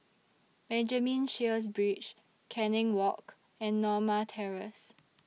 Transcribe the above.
Benjamin Sheares Bridge Canning Walk and Norma Terrace